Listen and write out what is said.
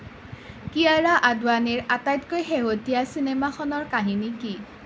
কিয়াৰা আদৱানিৰ আটাইতকৈ শেহতীয়া চিনেমাখনৰ কাহিনী কি